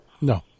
No